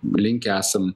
linkę esam